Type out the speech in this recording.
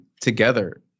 together